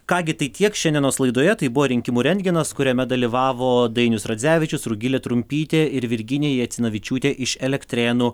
ką gi tai tiek šiandienos laidoje tai buvo rinkimų rentgenas kuriame dalyvavo dainius radzevičius rugilė trumpytė ir virginija jacinavičiūtė iš elektrėnų